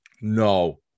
No